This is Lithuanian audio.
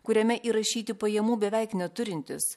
kuriame įrašyti pajamų beveik neturintys